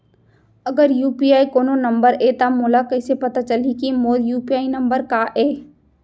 अगर यू.पी.आई कोनो नंबर ये त मोला कइसे पता चलही कि मोर यू.पी.आई नंबर का ये?